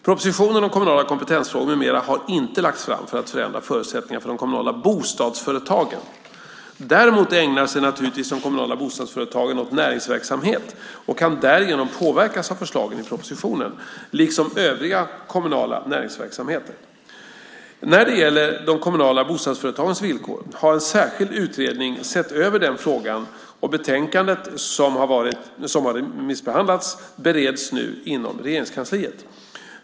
Propositionen Kommunala kompetensfrågor m.m. har inte lagts fram för att förändra förutsättningarna för de kommunala bostadsföretagen. Däremot ägnar sig naturligtvis de kommunala bostadsföretagen åt näringsverksamhet och kan därigenom påverkas av förslagen i propositionen, liksom övrig kommunal näringsverksamhet. När det gäller de kommunala bostadsföretagens villkor har en särskild utredning sett över den frågan, och betänkandet som har remissbehandlats bereds nu inom Regeringskansliet.